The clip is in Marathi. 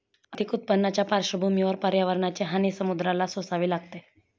आर्थिक उत्पन्नाच्या पार्श्वभूमीवर पर्यावरणाची हानी समुद्राला सोसावी लागते